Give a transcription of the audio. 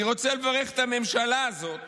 אני רוצה לברך את הממשלה הזאת